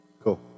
Cool